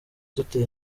dutuye